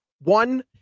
One